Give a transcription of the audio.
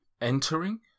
entering